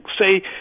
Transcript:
say